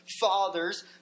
fathers